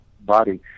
body